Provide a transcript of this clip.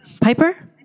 Piper